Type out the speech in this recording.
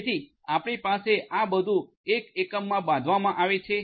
તેથી આપણી પાસે આ બધું એક એકમમાં બાંધવામાં આવે છે